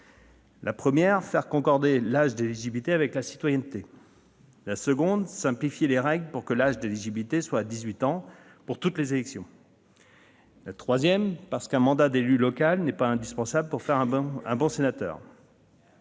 il s'agit de faire concorder l'âge d'éligibilité avec la citoyenneté. Deuxièmement, il s'agit de simplifier les règles pour que l'âge d'éligibilité soit à dix-huit ans pour toutes les élections. Troisièmement, parce qu'un mandat d'élu local n'est pas indispensable pour faire un bon sénateur.